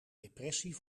depressie